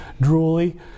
drooly